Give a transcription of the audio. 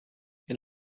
they